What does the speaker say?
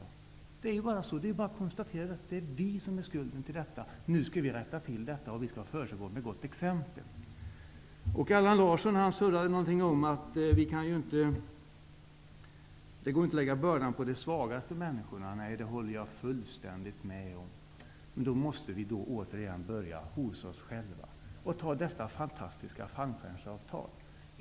Det är bara att konstatera att det är vi som bär skulden till det. Nu skall vi rätta till detta och föregå med gott exempel. Allan Larsson sade något om att det inte går att lägga bördan på de svagaste människorna. Det håller jag fullständigt med om. Då måste vi återigen börja hos oss själva och ta upp dessa fantastiska fallskärmsavtal.